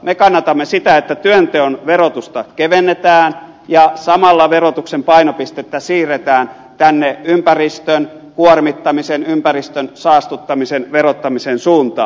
me kannatamme sitä että työnteon verotusta kevennetään ja samalla verotuksen painopistettä siirretään ympäristön kuormittamisen ympäristön saastuttamisen verottamisen suuntaan